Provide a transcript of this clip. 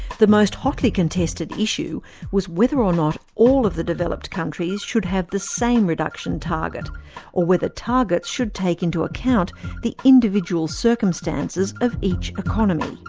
the most hotly contested issue was whether or not all of the developed countries should have the same reduction target or whether targets should take into account the individual circumstances of each economy